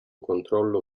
controllo